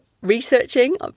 researching